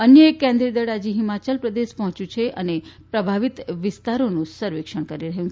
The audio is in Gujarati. અન્ય એક કેન્દ્રીય દળ આજે હિમાચલ પ્રદેશ પહોચ્યું અને પ્રભાવિત વિસ્તારોનું સર્વેક્ષણ કર્યુ